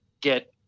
get